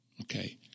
okay